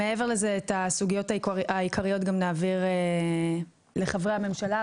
הסוגיות העיקריות גם נעביר לחברי הממשלה.